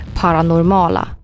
paranormala